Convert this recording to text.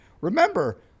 Remember